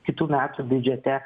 kitų metų biudžete